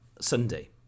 Sunday